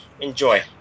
Enjoy